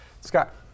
Scott